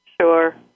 sure